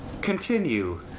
continue